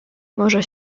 może